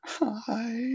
hi